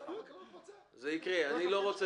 אני לא ראיתי